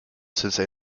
since